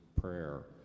prayer